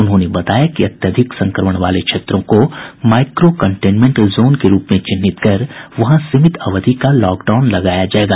उन्होंने बताया कि अत्यधिक संक्रमण वाले क्षेत्रों को माइक्रो कंटेनमेंट जोन के रूप में चिन्हित कर वहां सीमित अवधि का लॉकडाउन लगाया जायेगा